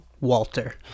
Walter